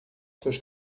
seus